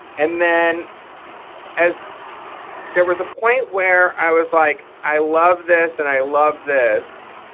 and then as there was a point where i was like i love this and i love this,